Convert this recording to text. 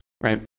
right